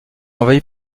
envahie